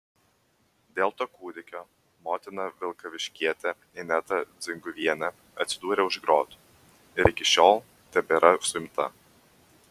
dėl to kūdikio motina vilkaviškietė ineta dzinguvienė atsidūrė už grotų ir iki šiol tebėra suimta